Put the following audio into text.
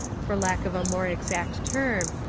for lack of a more exact term,